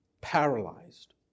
paralyzed